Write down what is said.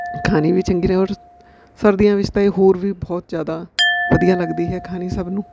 ਖਾਣੀ ਵੀ ਚੰਗੀ ਰੇ ਔਰ ਸਰਦੀਆਂ ਵਿੱਚ ਤਾਂ ਇਹ ਹੋਰ ਵੀ ਬਹੁਤ ਜ਼ਿਆਦਾ ਵਧੀਆ ਲੱਗਦੀ ਹੈ ਖਾਣੀ ਸਭ ਨੂੰ